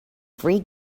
free